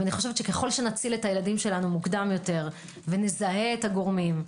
ככל שנציל את הילדים שלנו מוקדם יותר ונזהה את הגורמים,